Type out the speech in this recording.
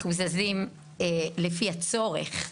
אנחנו זזים לפי הצורך.